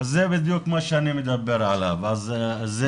אז זה בדיוק מה שאני מדבר עליו, לא